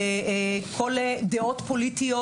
לדעות פוליטיות.